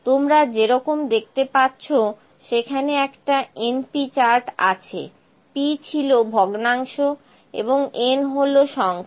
তোমরা যে রকম দেখতে পাচ্ছ সেখানে একটা np চার্ট আছে p ছিল ভগ্নাংশ এবং n হল সংখ্যা